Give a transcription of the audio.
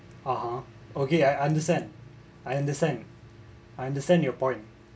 (uh huh) okay I I understand I understand I understand your point